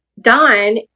Don